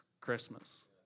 Christmas